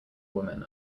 woman